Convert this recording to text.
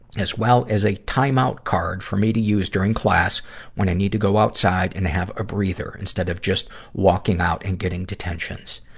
as well as a time-out card for me to use during class when i need to go outside and have a breather instead of just walking out and getting detentions.